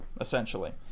essentially